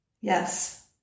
Yes